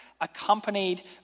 accompanied